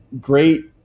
great